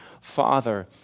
Father